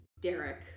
derek